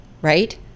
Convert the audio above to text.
right